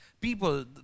people